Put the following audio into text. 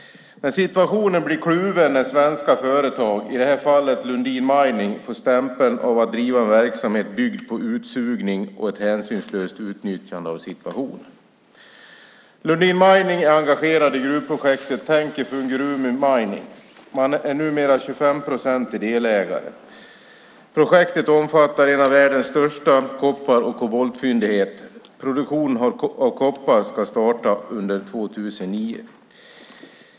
Men situationen blir kluven när svenska företag, i det här fallet Lundin Mining, får stämpel av att driva verksamhet byggd på utsugning och ett hänsynslöst utnyttjande av situationen. Lundin Mining är engagerat i gruvprojektet Tenke Fungurume Mining. Man är numera 25-procentig delägare. Projektet omfattar en av världens största koppar och koboltfyndighet. Produktionen av koppar ska starta under 2009.